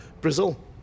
Brazil